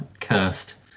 cursed